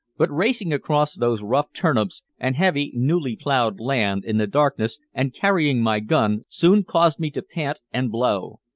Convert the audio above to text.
but racing across those rough turnips and heavy, newly-plowed land in the darkness and carrying my gun soon caused me to pant and blow.